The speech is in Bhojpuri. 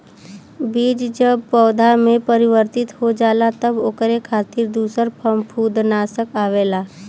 बीज जब पौधा में परिवर्तित हो जाला तब ओकरे खातिर दूसर फंफूदनाशक आवेला